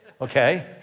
Okay